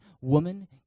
woman